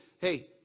hey